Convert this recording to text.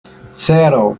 cero